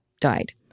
died